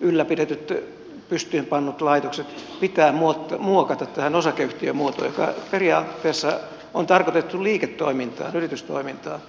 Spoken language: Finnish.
ylläpidetyt pystyyn pannut laitokset pitää muokata tähän osakeyhtiömuotoon joka periaatteessa on tarkoitettu liiketoimintaan yritystoimintaan